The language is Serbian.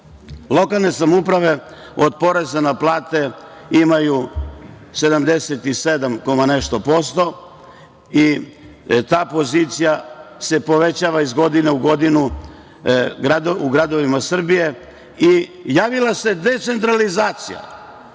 Lokalne samouprave od poreza na plate imaju 77 i nešto posto. Ta pozicija se povećava iz godine u godinu u gradovima Srbije i javila se decentralizacija.